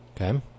Okay